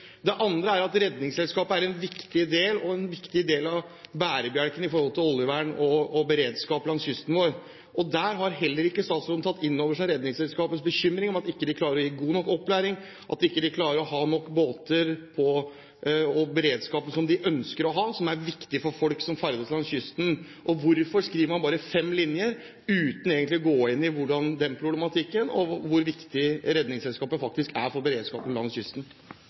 oljevern og beredskap langs kysten vår. Statsråden har heller ikke tatt inn over seg Redningsselskapets bekymring over at de ikke klarer å gi god nok opplæring, at de ikke klarer å ha nok båter og den beredskapen som de ønsker å ha, og som er viktig for folk som ferdes langs kysten. Hvorfor skriver man bare fem linjer, uten egentlig å gå inn i den problematikken og hvor viktig Redningsselskapet faktisk er for beredskapen langs kysten?